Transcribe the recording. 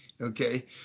Okay